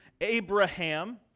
Abraham